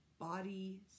body